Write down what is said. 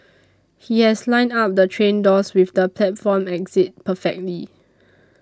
he has lined up the train doors with the platform exit perfectly